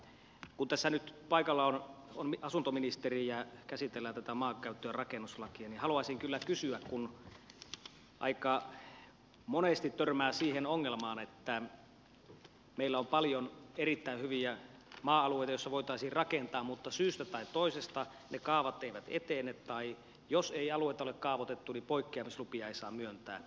kun tässä nyt paikalla on asuntoministeri ja käsitellään tätä maankäyttö ja rakennuslakia niin haluaisin kyllä kysyä kun aika monesti törmää siihen ongelmaan että meillä on paljon erittäin hyviä maa alueita joissa voitaisiin rakentaa mutta syystä tai toisesta ne kaavat eivät etene tai jos ei alueita ole kaavoitettu niin poikkeamislupia ei saa myöntää